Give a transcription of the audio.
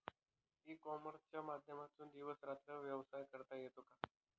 E कॉमर्सच्या माध्यमातून दिवस रात्र व्यवसाय करता येतो का?